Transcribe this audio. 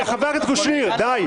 חבר הכנסת קושניר, די.